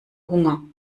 hunger